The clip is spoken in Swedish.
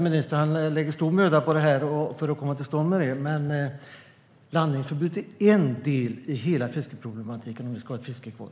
Ministern lägger stor möda på att komma till stånd med det här, men landningsförbudet är bara en del i hela fiskeproblematiken om vi ska ha ett fiske kvar.